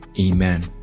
Amen